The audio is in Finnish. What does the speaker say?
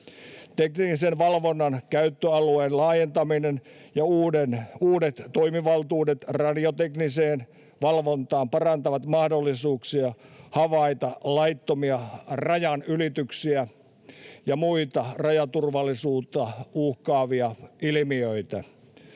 Teknisen valvonnan käyttöalueen laajentaminen ja uudet toimivaltuudet radiotekniseen valvontaan parantavat mahdollisuuksia havaita laittomia rajanylityksiä ja muita rajaturvallisuutta uhkaavia ilmiöitä.